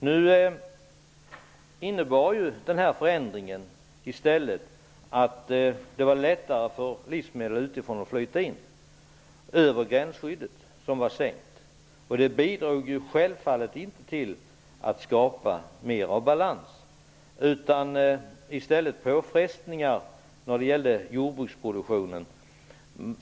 Men i stället gjorde den förändringen att det blev lättare för livsmedel utifrån att komma in över gränsskyddet som var sänkt. Det bidrog självfallet inte till att skapa mer av balans. Det innebar i stället påfrestningar när det gällde jordbruksproduktionen.